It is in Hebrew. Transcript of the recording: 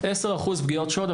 10% פגיעות שוד,